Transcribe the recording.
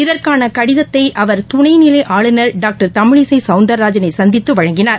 இதற்கானகடிதத்தைஅவர் துணைநிலைஆளுநர் டாக்டர் தமிழிசைசௌந்தராஜனைசந்தித்துவழங்கினார்